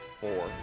four